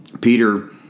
Peter